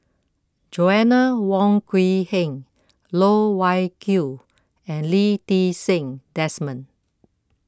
Joanna Wong Quee Heng Loh Wai Kiew and Lee Ti Seng Desmond